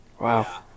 Wow